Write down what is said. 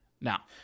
Now